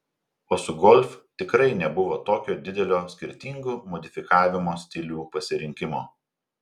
o su golf tikrai nebuvo tokio didelio skirtingų modifikavimo stilių pasirinkimo